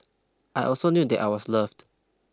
I also knew that I was loved